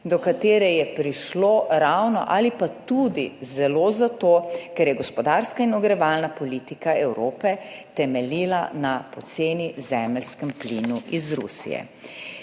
do katere je prišlo ravno ali pa tudi zelo zato, ker je gospodarska in ogrevalna politika Evrope temeljila na poceni zemeljskem plinu iz Rusije.